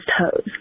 toes